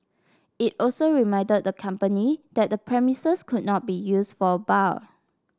it also reminded the company that the premises could not be used for a bar